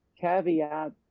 caveat